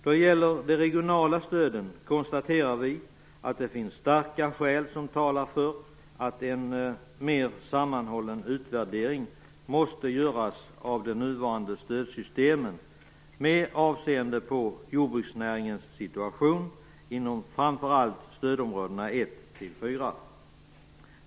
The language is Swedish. Då det gäller de regionala stöden konstaterar vi att det finns starka skäl som talar för att en mer sammanhållen utvärdering görs av de nuvarande stödsystemen med avseende på jordbruksnäringens situation inom framför allt stödområdena 1-4.